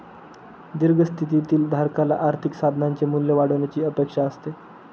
दीर्घ स्थितीतील धारकाला आर्थिक साधनाचे मूल्य वाढण्याची अपेक्षा असते